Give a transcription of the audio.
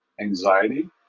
anxiety